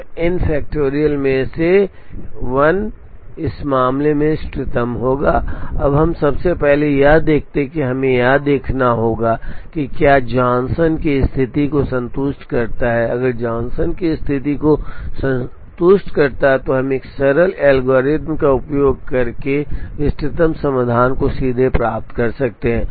तो n factorial में से 1 इस मामले में इष्टतम होगा अब हम सबसे पहले यह देखते हैं कि हमें यह देखना होगा कि क्या यह जॉनसन की स्थिति को संतुष्ट करता है अगर यह जॉनसन की स्थिति को संतुष्ट करता है तो हम एक सरल एल्गोरिथ्म का उपयोग करके इष्टतम समाधान को सीधे प्राप्त कर सकते हैं